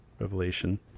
revelation